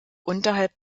unterhalb